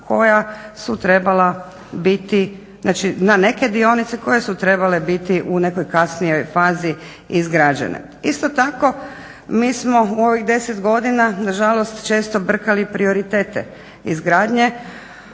koja su trebala biti, znači na neke dionice koje su trebale biti u nekoj kasnijoj fazi izgrađene. Isto tako mi smo u ovih 10 godina nažalost često brkali prioritete izgradnje